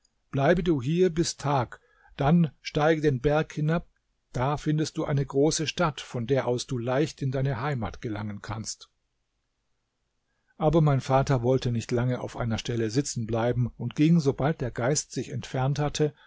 bleibe du hier bis tag dann steige den berg hinab da findest du eine große stadt von der aus du leicht in deine heimat gelangen kannst aber mein vater wollte nicht lange auf einer stelle sitzen bleiben und ging sobald der geist sich entfernt hatte